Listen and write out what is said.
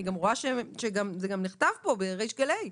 אני גם רואה שזה נכתב פה, בריש גלי,